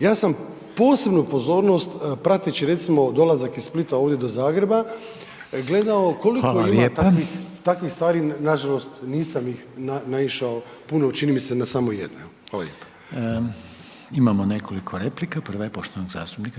Ja sam posebnu pozornost prateći recimo dolazak iz Splita ovdje do Zagreba gledao koliko ima takvih stvari, nažalost nisam ih naišao puno, čini mi se na samo jedno. Hvala lijepo. **Reiner,